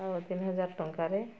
ଆଉ ତିନିହଜାର ଟଙ୍କାରେ